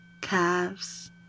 calves